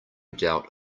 doubt